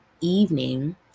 evening